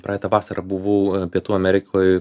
praeitą vasarą buvau pietų amerikoj